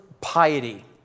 piety